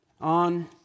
on